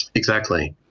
exactly,